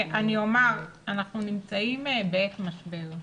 אני אומר, אנחנו נמצאים בעת משבר.